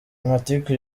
amatiku